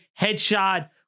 headshot